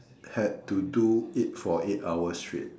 had to do it for eight hours straight